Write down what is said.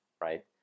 right